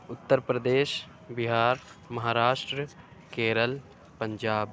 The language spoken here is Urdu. اُتر پردیش بِہار مہاراشٹرا کیرلا پنجاب